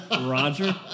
Roger